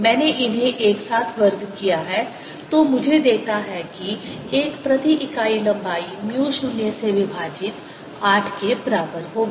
मैंने इन्हें एक साथ वर्ग किया है तो मुझे देता है कि l प्रति इकाई लंबाई म्यू 0 से विभाजित 8 के बराबर होगा